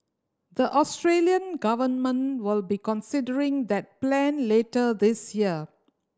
the Australian government will be considering that plan later this year